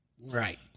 Right